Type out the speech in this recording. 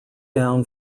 down